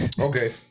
okay